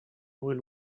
will